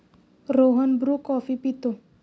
Rohan Bru coffee पितो